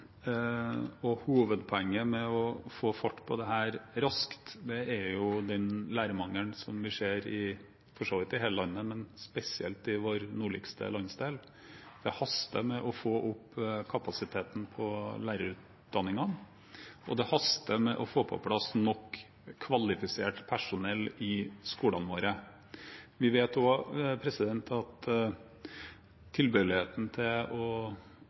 Hovedpoenget med å få fart på dette raskt er den lærermangelen som vi for så vidt ser i hele landet, men spesielt i vår nordligste landsdel. Det haster med å få opp kapasiteten på lærerutdanningene, og det haster med å få på plass nok kvalifisert personell i skolene våre. Vi vet også at tilbøyeligheten til nettopp å